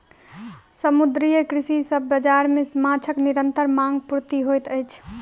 समुद्रीय कृषि सॅ बाजार मे माँछक निरंतर मांग पूर्ति होइत अछि